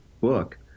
book